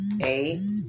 eight